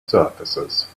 surfaces